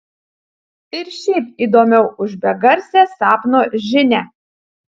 ir šiaip įdomiau už begarsę sapno žinią